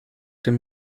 dem